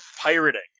pirating